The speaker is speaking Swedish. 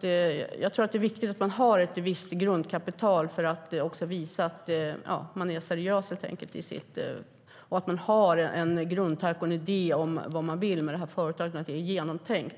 Det är viktigt att ha ett visst grundkapital för att visa att man är seriös, att det finns en grundtanke och idé om vad man vill med företaget - att det är genomtänkt.